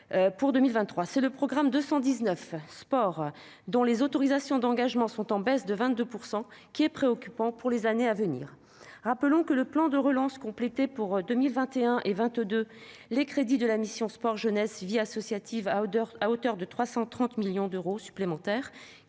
d'euros. C'est le programme 219, « Sport », dont les autorisations d'engagement sont en baisse de 22 %, qui est préoccupant pour les années à venir. Rappelons que le plan de relance complétait pour 2021 et 2022 les crédits de la mission « Sport, jeunesse et vie associative » de 330 millions d'euros supplémentaires,